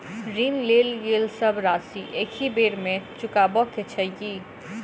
ऋण लेल गेल सब राशि एकहि बेर मे चुकाबऽ केँ छै की?